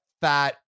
fat